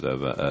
תודה רבה.